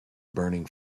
burning